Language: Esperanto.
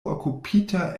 okupita